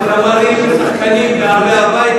גם זמרים ושחקנים בערבי הווי,